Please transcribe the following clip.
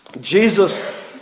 Jesus